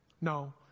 No